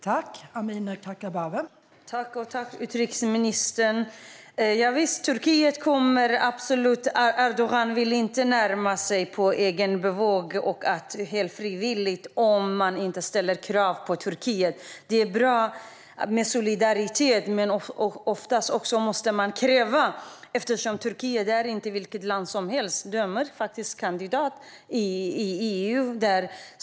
Fru ålderspresident! Jag tackar utrikesministern för detta. Erdogan vill inte närma sig på eget bevåg och frivilligt om man inte ställer krav på Turkiet. Det är bra med solidaritet. Eftersom Turkiet inte är vilket land som helst måste man också ställa krav. Turkiet är faktiskt kandidat till EU.